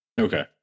Okay